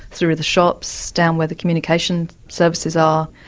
through the shops, down where the communications services are.